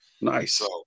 nice